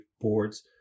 boards